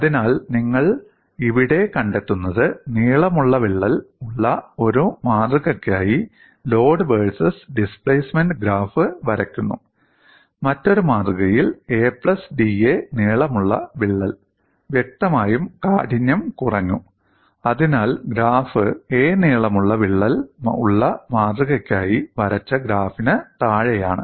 അതിനാൽ നിങ്ങൾ ഇവിടെ കണ്ടെത്തുന്നത് നീളമുള്ള വിള്ളൽ ഉള്ള ഒരു മാതൃകയ്ക്കായി ലോഡ് വേഴ്സസ് ഡിസ്പ്ലേസ്മെന്റ് ഗ്രാഫ് വരയ്ക്കുന്നു മറ്റൊരു മാതൃകയിൽ ada നീളമുള്ള വിള്ളൽ വ്യക്തമായും കാഠിന്യം കുറഞ്ഞു അതിനാൽ ഗ്രാഫ് a നീളമുള്ള വിള്ളൽ ഉള്ള മാതൃകയ്ക്കായി വരച്ച ഗ്രാഫിന് താഴെയാണ്